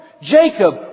Jacob